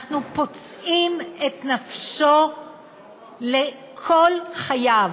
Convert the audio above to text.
אנחנו פוצעים את נפשו לכל חייו.